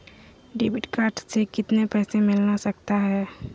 Debit card से कितने पैसे मिलना सकता हैं?